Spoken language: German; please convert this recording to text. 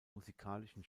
musikalischen